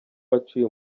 waciye